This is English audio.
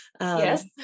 yes